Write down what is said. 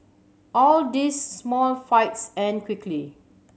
all these small fights end quickly